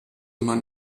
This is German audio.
man